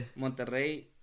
Monterrey